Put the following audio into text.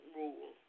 rule